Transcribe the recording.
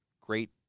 great